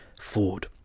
Ford